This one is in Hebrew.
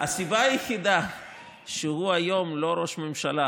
הסיבה היחידה שהוא היום לא ראש ממשלה